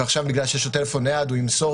ועכשיו בגלל שיש לו טלפון נייד הוא ימסור